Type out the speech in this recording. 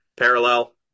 parallel